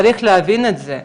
צריך להבין את זה.